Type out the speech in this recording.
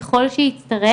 ככל שיצטרך,